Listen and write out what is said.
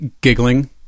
giggling